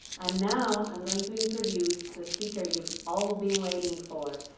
and now i'm going to introduce the speaker you've all been waiting for,